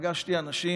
פגשתי אנשים